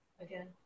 again